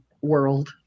world